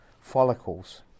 follicles